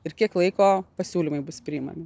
ir kiek laiko pasiūlymai bus priimami